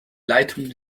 leitung